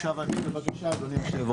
עכשיו אני בבקשה, אדוני היושב-ראש.